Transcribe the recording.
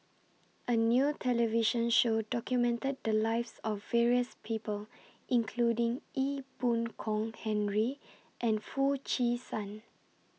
A New television Show documented The Lives of various People including Ee Boon Kong Henry and Foo Chee San